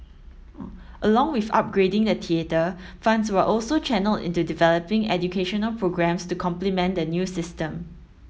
along with upgrading the theatre funds were also channelled into developing educational programmes to complement the new system